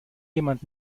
jemand